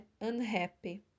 unhappy